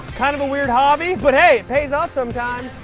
kind of a weird hobby, but, hey, it pays off some times.